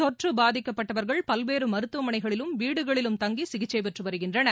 தொற்றுபாதிக்கப்பட்டவர்கள் பல்வேறுமருத்துவமனைகளிலும் வீடுகளிலும் தங்கிசிகிச்சைபெற்றுவருகின்றனர்